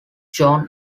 john